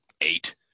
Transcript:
eight